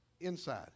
inside